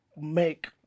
make